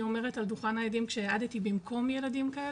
אומרת על דוכן העדים כשהעדתי במקום ילדים כאלה,